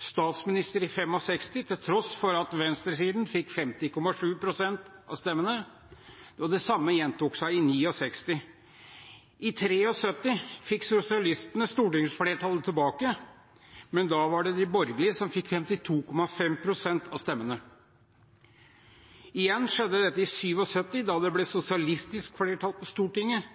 statsminister i 1965 til tross for at venstresiden fikk 50,7 pst. av stemmene. Tilsvarende gjentok seg i 1969. I 1973 fikk sosialistene stortingsflertallet tilbake, men da var det de borgerlige som fikk 52,5 pst. av stemmene. Igjen skjedde dette i 1977, da det ble sosialistisk flertall på Stortinget